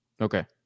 Okay